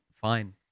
fine